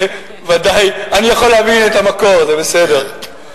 אני יכול להביא את המקור, זה בסדר.